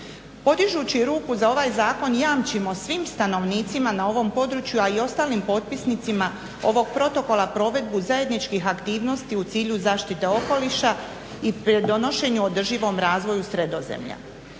Podižući ruku za ovaj zakon jamčimo svim stanovnicima na ovom području a i ostalim potpisnicima ovog protokola provedbu zajedničkih aktivnosti u cilju zaštite okoliša i pridonošenju održivom razvoju Sredozemlja.